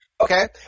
Okay